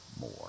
more